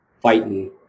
fighting